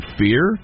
fear